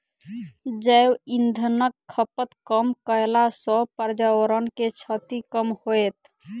जैव इंधनक खपत कम कयला सॅ पर्यावरण के क्षति कम होयत